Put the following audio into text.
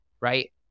right